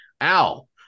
Al